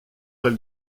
elle